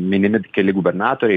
minimi keli gubernatoriai